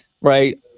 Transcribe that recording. right